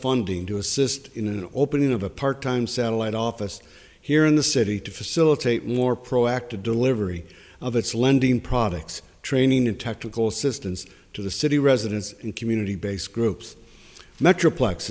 funding to assist in an opening of a part time satellite office here in the city to facilitate more proactive delivery of its lending products training and technical assistance to the city residents and community based groups metroplex